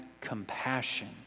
compassion